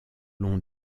long